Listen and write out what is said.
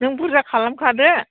नों बुरजा खालामखादो